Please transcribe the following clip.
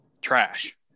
trash